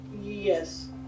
Yes